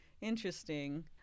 interesting